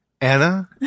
Anna